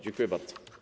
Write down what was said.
Dziękuję bardzo.